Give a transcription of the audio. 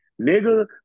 Nigga